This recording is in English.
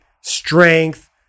strength